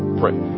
pray